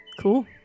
Cool